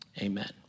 Amen